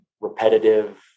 repetitive